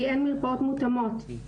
כי אין מרפאות מותאמות.